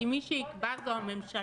כי מי שיקבע זאת הממשלה.